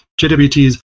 JWTs